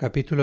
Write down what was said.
no tuvo